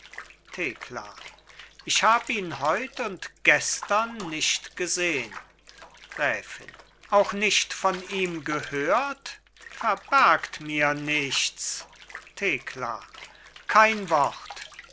thekla ich hab ihn heut und gestern nicht gesehn gräfin auch nicht von ihm gehört verbergt mir nichts thekla kein wort